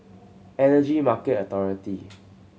Energy Market Authority